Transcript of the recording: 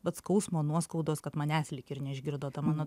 vat skausmo nuoskaudos kad manęs lyg ir neišgirdo ta mano